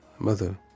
mother